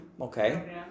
okay